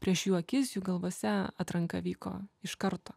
prieš jų akis jų galvose atranka vyko iš karto